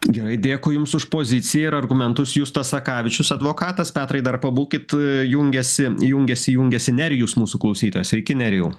gerai dėkui jums už poziciją ir argumentus justas sakavičius advokatas petrai dar pabūkit jungiasi jungiasi jungiasi nerijus mūsų klausytojas sveiki nerijau